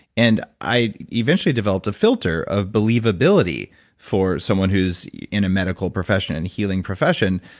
and i eventually developed a filter of believability for someone who's in a medical profession and healing profession.